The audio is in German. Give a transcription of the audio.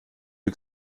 ein